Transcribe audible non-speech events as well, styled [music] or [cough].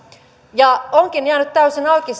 ja onkin jäänyt täysin auki [unintelligible]